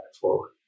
forward